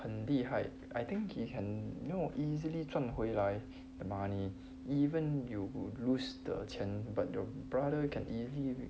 很厉害 I think he can you know easily 赚回来 the money even you will lose 的钱 but your brother you can easily